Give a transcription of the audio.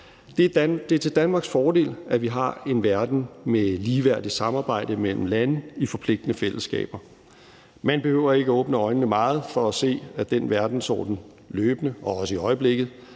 Det er til Danmarks fordel, at vi har en verden med ligeværdigt samarbejde mellem lande i forpligtende fællesskaber. Man behøver ikke at åbne øjnene meget for at se, at den verdensorden løbende og også i øjeblikket